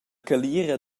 calira